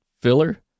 filler